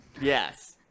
Yes